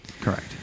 Correct